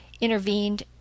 intervened